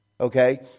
Okay